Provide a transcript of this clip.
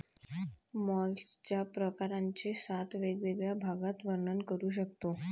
मॉलस्कच्या प्रकारांचे सात वेगवेगळ्या भागात वर्णन करू शकतो